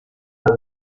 ubwo